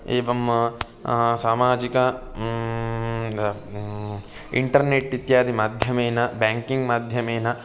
एवं सामाजिक इन्टर्नेट् इत्यादि माध्यमेन ब्याङ्किङ्ग् माध्यमेन